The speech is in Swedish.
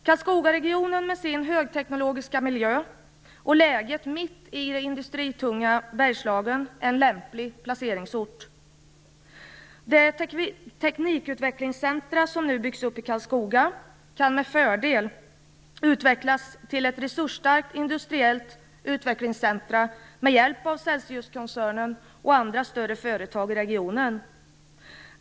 Karlskogaregionen med sin högteknologiska miljö och sitt läge mitt i det industritunga Bergslagen är en lämplig placeringsort. Det teknikutvecklingscentrum som nu byggs upp i Karlskoga kan med fördel utvecklas till ett resursstarkt industriellt utvecklingscentrum med hjälp av Celsiuskoncernen och andra större företag i regionen.